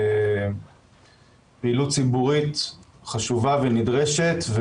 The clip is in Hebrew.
ופעילות ציבורית חשובה ונדרשת,